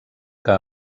que